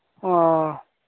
ꯑꯥ